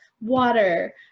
water